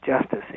justice